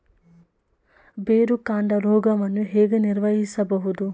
ಬೇರುಕಾಂಡ ರೋಗವನ್ನು ಹೇಗೆ ನಿರ್ವಹಿಸಬಹುದು?